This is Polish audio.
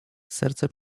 serce